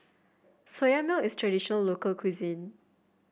Soya Milk is traditional local cuisine